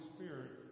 Spirit